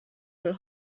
will